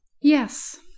yes